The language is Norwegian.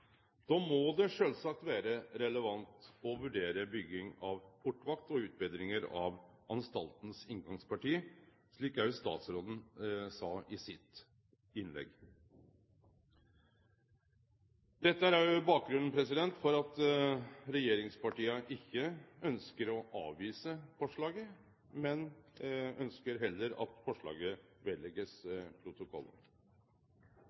Då må det sjølvsagt vere relevant å vurdere bygging av portvakt og utbetringar av inngangspartiet ved anstalten, slik også statsråden sa i innlegget sitt. Dette er også bakgrunnen for at regjeringspartia ikkje ønskjer å avvise forslaget, men heller ønskjer at forslaget